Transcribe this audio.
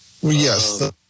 yes